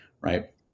Right